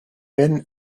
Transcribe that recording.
been